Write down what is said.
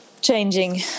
changing